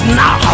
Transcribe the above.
now